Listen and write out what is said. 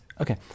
Okay